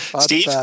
Steve